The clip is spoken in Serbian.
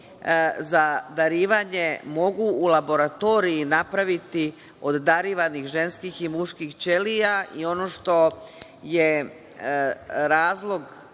za darivanje mogu u laboratoriji napraviti od darivanih ženskih i muških ćelija. Ono što je razlog